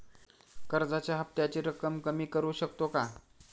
कर्जाच्या हफ्त्याची रक्कम कमी करू शकतो का?